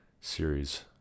series